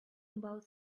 about